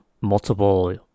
multiple